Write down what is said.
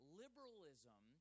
liberalism